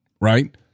right